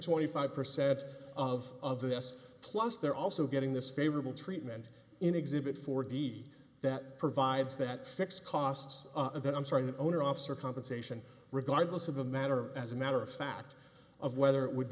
twenty five percent of of the us plus they're also getting this favorable treatment in exhibit four d that provides that fixed costs and then i'm sorry the owner offs are compensation regardless of the matter as a matter of fact of whether it would